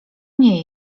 nie